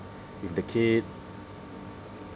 with the kid